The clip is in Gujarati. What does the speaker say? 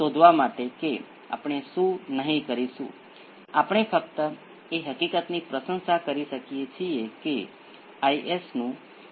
હવે આનો એક જ ઉકેલ છે p 1 એ 1 બાય b 1 છે અને તેવી જ રીતે આનો બીજો ઉકેલ p 2 1 બાય b 2 છે